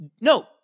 no